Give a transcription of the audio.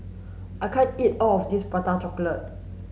I can't eat all of this prata chocolate